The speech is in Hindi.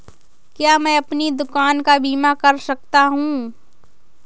क्या मैं अपनी दुकान का बीमा कर सकता हूँ?